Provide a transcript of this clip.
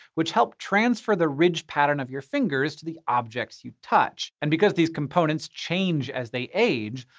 which help transfer the ridge pattern of your fingers to the objects you touch. and because these components change as they age,